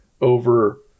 over